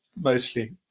mostly